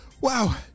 Wow